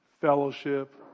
fellowship